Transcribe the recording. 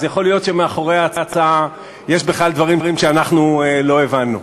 אז יכול להיות שמאחורי ההצעה יש בכלל דברים שאנחנו לא הבנו.